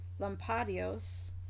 Lampadios